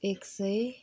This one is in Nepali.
एक सय